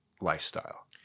lifestyle